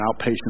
outpatient